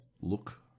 look